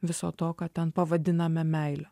viso to ką ten pavadiname meile